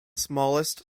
smallest